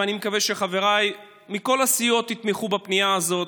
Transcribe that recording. ואני מקווה שחבריי מכל הסיעות יתמכו בפנייה הזאת.